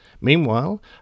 Meanwhile